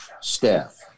staff